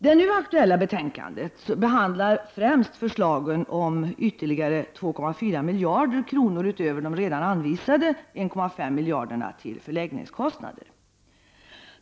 Det nu aktuella betänkandet behandlar främst förslaget om ytterligare 2,4 miljarder kronor utöver redan anvisade 1,5 miljarder kronor till förläggningskostnader.